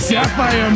Sapphire